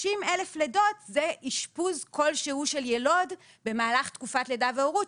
ה-30,000 לידות זה אשפוז כלשהו של יילוד במהלך תקופת לידה והורות,